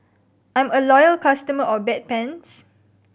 I'm a loyal customer of Bedpans